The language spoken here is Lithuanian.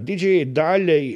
didžiajai daliai